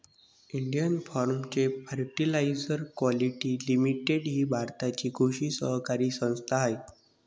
Indian farmers fertiliser quality limited ही भारताची कृषी सहकारी संस्था आहे